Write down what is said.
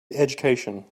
education